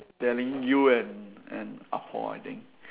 telling you and and ah-po I think